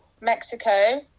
Mexico